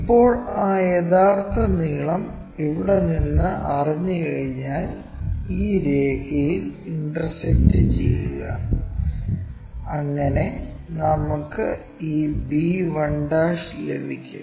ഇപ്പോൾ ആ യഥാർത്ഥ നീളം ഇവിടെ നിന്ന് അറിഞ്ഞുകഴിഞ്ഞാൽ ഈ രേഖയിൽ ഇന്റർസെക്ക്ട് ചെയ്യുക അങ്ങനെ നമുക്ക് ഈ b 1' ലഭിക്കും